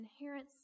inherent